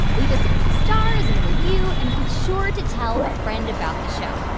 leave us a few stars in a review. and be sure to tell a friend about the show.